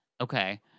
Okay